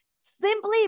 simply